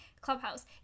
Clubhouse